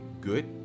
good